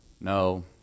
No